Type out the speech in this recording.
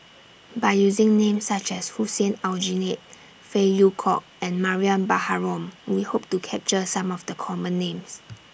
By using Names such as Hussein Aljunied Phey Yew Kok and Mariam Baharom We Hope to capture Some of The Common Names